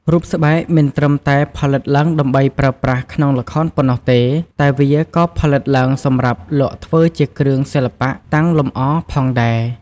រូបស្បែកមិនត្រឹមតែផលិតឡើងដើម្បីប្រើប្រាស់ក្នុងល្ខោនប៉ុណ្ណោះទេ តែវាក៏ផលិតឡើងសម្រាប់លក់ធ្វើជាគ្រឿងសិល្បៈតាំងលម្អផងដែរ។